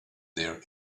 their